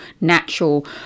natural